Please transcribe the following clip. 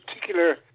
particular